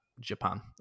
Japan